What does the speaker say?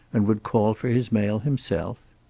and would call for his mail himself?